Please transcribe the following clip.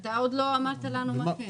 אתה עוד לא אמרת לנו מה כן.